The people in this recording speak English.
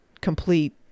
complete